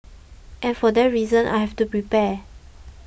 and for that reason I have to prepare